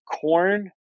corn